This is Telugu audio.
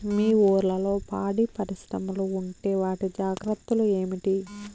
మీ ఊర్లలో పాడి పరిశ్రమలు ఉంటే వాటి జాగ్రత్తలు ఏమిటి